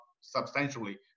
substantially